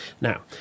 Now